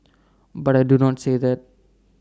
but I do not say that